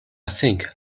think